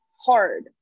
hard